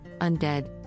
undead